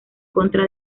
contra